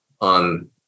on